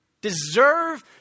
deserve